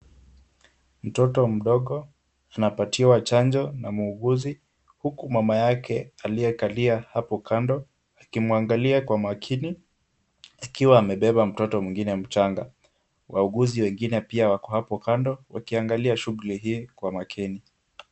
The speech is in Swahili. Mtoto mdogo anapatiwa chanjo na muuguzi, huku mama yake aliyekalia hapo kando akimwangalia kwa makini akiwa amebeba mtoto mwingine mchanga. Wauguzi wengine pia wako hapo kando wakiangalia shughuli hii kwa makini.